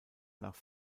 nach